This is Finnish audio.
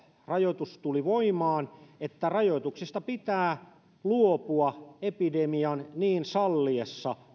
rajoitus tuli voimaan että rajoituksista pitää luopua alueellisesti epidemian niin salliessa